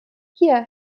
hier